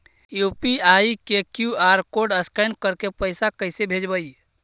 UPI के QR code scan करके पैसा कैसे भेजबइ?